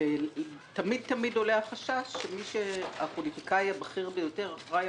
תמיד תמיד עולה החשש שמי שהפוליטיקאי הבכיר ביותר אחראי